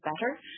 better